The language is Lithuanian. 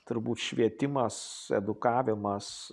turbūt švietimas edukavimas